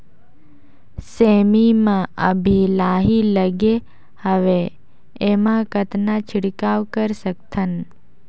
सेमी म अभी लाही लगे हवे एमा कतना छिड़काव कर सकथन?